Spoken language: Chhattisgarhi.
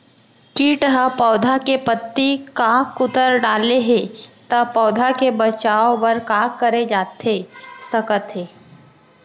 किट ह पौधा के पत्ती का कुतर डाले हे ता पौधा के बचाओ बर का करे जाथे सकत हे?